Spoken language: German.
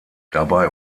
dabei